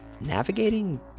navigating